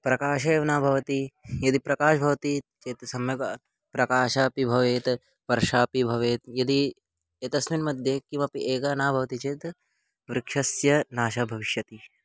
प्रकाशः एव न भवति यदि प्रकाशः भवति चेत् सम्यक् प्रकाशः अपि भवेत् वर्षापि भवेत् यदि एतस्मिन् मध्ये किमपि एकं न भवति चेत् वृक्षस्य नाशः भविष्यति